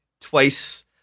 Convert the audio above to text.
twice